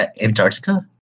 Antarctica